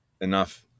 Enough